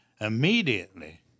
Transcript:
immediately